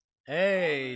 Hey